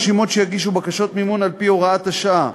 רשימות שיגישו בקשות מימון על-פי הוראת השעה,